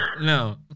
No